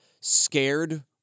scared